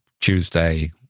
Tuesday